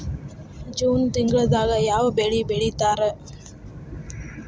June ತಿಂಗಳದಾಗ ಯಾವ ಬೆಳಿ ಬಿತ್ತತಾರ?